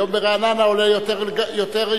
היום ברעננה עולה יותר מתל-אביב,